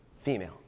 female